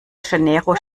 janeiro